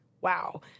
wow